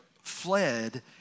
fled